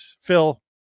Phil